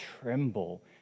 tremble